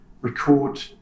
record